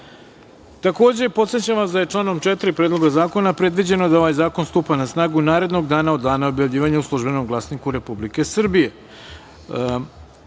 zakona. Podsećam vas da je članom 4. Predloga zakona predviđeno da ovaj zakon stupa na snagu narednog dana od dana objavljivanja u „Službenom glasniku Republike